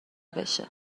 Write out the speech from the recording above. بشه